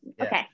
Okay